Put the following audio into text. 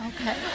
Okay